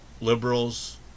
liberals